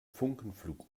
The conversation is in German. funkenflug